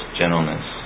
gentleness